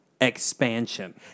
Expansion